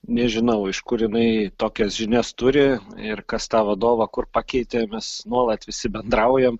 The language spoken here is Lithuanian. nežinau iš kur jinai tokias žinias turi ir kas tą vadovą kur pakeitė mes nuolat visi bendraujam